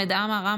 חמד עמאר,